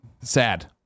sad